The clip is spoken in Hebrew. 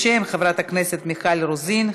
בשם חברת הכנסת מיכל רוזין,